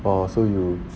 oh so you